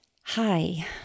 Hi